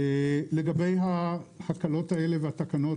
לגבי ההקלות האלה והתקנות,